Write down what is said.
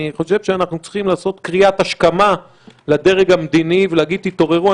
אני חושב שאנחנו צריכים לעשות קריאת השכמה לדרג המדיני ולהגיד תתעוררו,